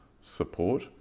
support